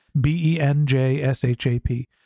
B-E-N-J-S-H-A-P